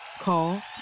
Call